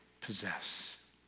possess